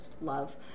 love